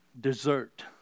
dessert